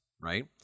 right